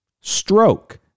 Stroke